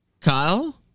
Kyle